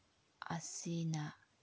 ꯑꯁꯤꯅ